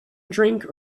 drink